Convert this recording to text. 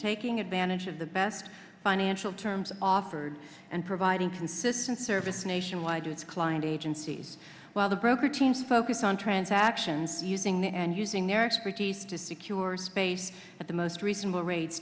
taking advantage of the best financial terms offered and providing consistent service nationwide to its client agencies while the broker teams focus on transactions using the and using their expertise to secure space at the most reasonable rates